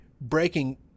breaking